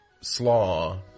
slaw